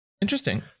Interesting